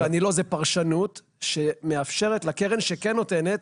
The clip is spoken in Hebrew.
זה פרשנות שמאפשרת לקרן שכן נותנת,